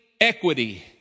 equity